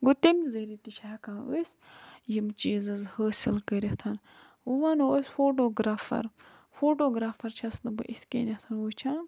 گوٚو تمہِ ذٔریعہٕ تہِ چھِ ہٮ۪کان أسۍ یِم چیٖزٕز حٲصِل کٔرِتھ وَنو أسۍ فوٹوگرافَر فوٹوگرافَر چھَس نہٕ بہٕ اِتھ کٔنٮ۪تھَن وٕچھان